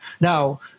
Now